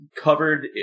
covered